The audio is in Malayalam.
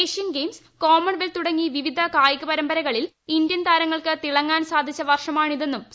ഏഷ്യൻഗെയിംസ് കോമൺവെൽത്ത് തുടങ്ങി വിവിധ കായിക പരമ്പരകളിൽ ഇന്ത്യൻ താരങ്ങൾക്ക് തിളങ്ങാൻ സാധിച്ച വർഷമാണിതെന്നും ശ്രീ